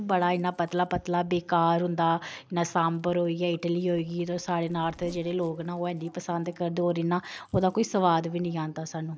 बड़ा इन्ना पतला पतला बेकार होंदा इ'यां सांभर होई गेआ इडली होई गेई तुस जेह्ड़े साढ़े नार्थ दे जेह्ड़े लोक न ओह् हैनी पसंद करदे होर इ'यां ओह्दा कोई स्वाद बी नेईं आंदा सानूं